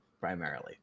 primarily